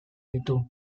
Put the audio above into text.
ditu